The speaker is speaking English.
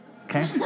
Okay